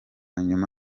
nyuma